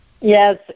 Yes